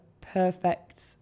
perfect